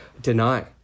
deny